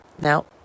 Now